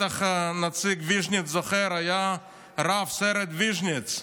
ובטח שנציג ויז'ניץ זוכר, שהיה רב-סרן ויז'ניץ.